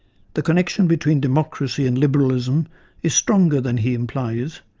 the connection between democracy and liberalism is stronger than he implies,